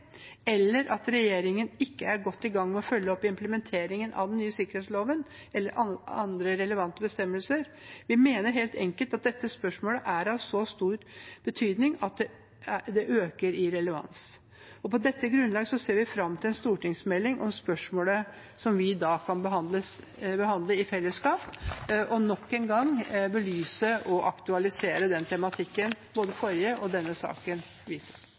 eller at regjeringen ikke er godt i gang med å følge opp implementeringen av den nye sikkerhetsloven, eller av andre relevante bestemmelser. Vi mener helt enkelt at dette spørsmålet er av så stor betydning at det øker i relevans. På dette grunnlag ser vi frem til en stortingsmelding om spørsmålet, som vi da kan behandle i fellesskap, og nok en gang belyse og aktualisere den tematikken som både forrige sak og denne saken viser.